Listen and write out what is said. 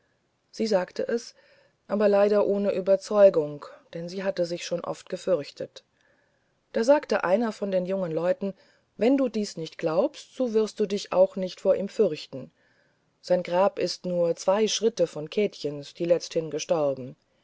sie sagte es aber leider ohne überzeugung denn sie hatte sich oft schon gefürchtet da sagte einer von den jungen leuten wenn du dies glaubst so wirst du dich auch nicht vor ihm fürchten sein grab ist nur zwei schritte von käthchens die letzthin gestorben